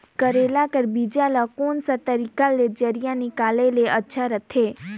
करेला के बीजा ला कोन सा तरीका ले जरिया निकाले ले अच्छा रथे?